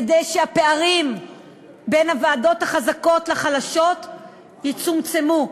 כדי שהפערים בין הוועדות החזקות לחלשות יצומצמו.